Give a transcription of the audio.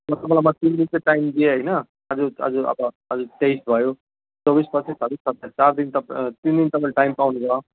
तपाईँलाई म तिन दिन चाहिँ टाइम दिएँ होइन आज आज अब आज तेइस भयो चौबिस पच्चिस छब्बिस सत्ताइस चार दिन त तिन त तपाईँले टाइम पाउनुभयो